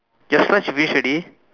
your slides you finish already